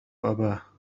أباه